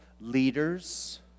leaders